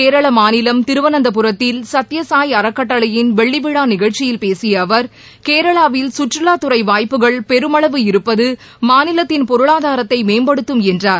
கேரள மாநிலம் திருவனந்தபுரத்தில் சத்யசாய் அறக்கட்டளையின் வெள்ளிவிழா நிகழ்ச்சியில் பேசிய அவா் கேரளாவில் சுற்றுவாத்துறை வாய்ப்புகள் பெருமளவு இருப்பது மாநிலத்தின் பொருளாதாரத்தை மேம்படுத்தும் என்றார்